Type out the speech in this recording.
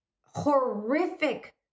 horrific